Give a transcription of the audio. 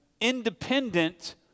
independent